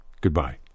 Goodbye